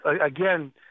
again